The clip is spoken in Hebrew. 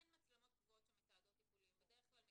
אין מצלמות קבועות שמתעדות טיפולים.